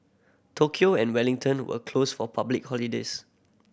Tokyo and Wellington were closed for public holidays